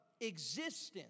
existence